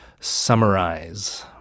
summarize